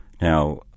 Now